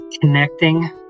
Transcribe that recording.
connecting